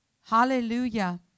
Hallelujah